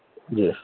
yes